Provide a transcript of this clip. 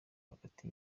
hagati